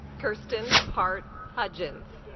kirsten heart hudgens